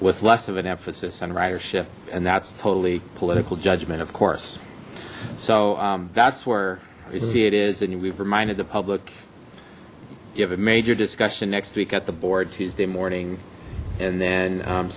with less of an emphasis on ridership and that's totally political judgment of course so that's where i see it is and we've reminded the public you have a major discussion next week at the board tuesday morning and then